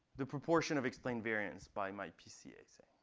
the proportion of explained variance by my pca, say.